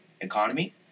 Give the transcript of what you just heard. economy